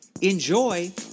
Enjoy